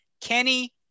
Kenny